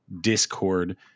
Discord